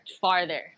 farther